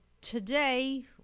Today